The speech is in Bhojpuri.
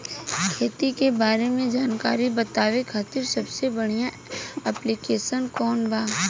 खेती के बारे में जानकारी बतावे खातिर सबसे बढ़िया ऐप्लिकेशन कौन बा?